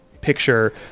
picture